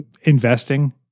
investing